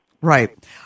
right